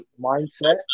mindset